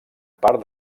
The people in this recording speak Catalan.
part